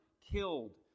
killed